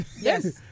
Yes